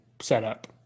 setup